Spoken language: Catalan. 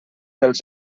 dels